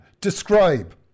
Describe